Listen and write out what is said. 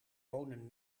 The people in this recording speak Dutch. wonen